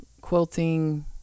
quilting